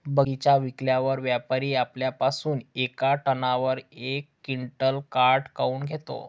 बगीचा विकल्यावर व्यापारी आपल्या पासुन येका टनावर यक क्विंटल काट काऊन घेते?